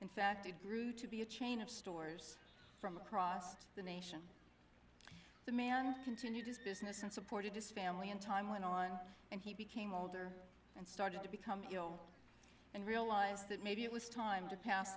and grew to be a chain of stores from across the nation the man continued his business and supported his family and time went on and he became older and started to become ill and realize that maybe it was time to pass